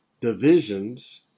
divisions